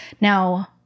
Now